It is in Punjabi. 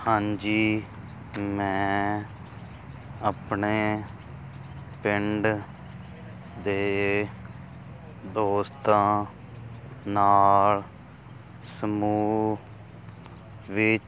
ਹਾਂਜੀ ਮੈਂ ਆਪਣੇ ਪਿੰਡ ਦੇ ਦੋਸਤਾਂ ਨਾਲ ਸਮੂਹ ਵਿੱਚ